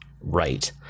right